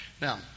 Now